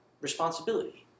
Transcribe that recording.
responsibility